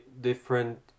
different